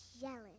jealous